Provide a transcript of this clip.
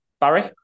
Barry